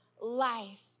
life